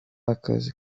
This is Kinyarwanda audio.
akazi